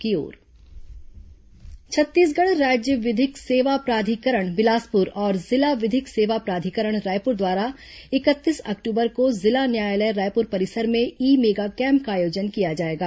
ई mega camp Chhattisgarh राज्य विधिक सेवा प्राधिकरण बिलासपुर और जिला विधिक सेवा प्राधिकरण रायपुर द्वारा इकतीस अक्टूबर को जिला न्यायालय रायपुर परिसर में ई मेगा कैम्प का आयोजन किया जाएगा